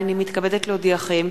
הנני מתכבדת להודיעכם,